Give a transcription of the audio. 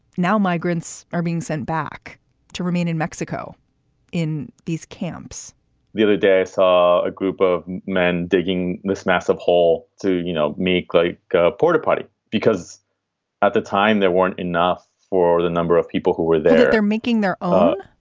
now migrants are being sent back to remain in mexico in these camps the other day saw a group of men digging this massive hole to you know make like a porta potty, because at the time there weren't enough for the number of people who were there. they're making their. um